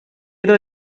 era